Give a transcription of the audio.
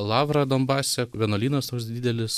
lavra donbase vienuolynas toks didelis